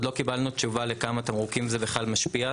לא קיבלנו תשובה לכמה תמרוקים זה משפיע.